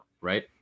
right